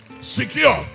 secure